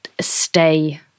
stay